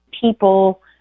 people